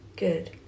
Good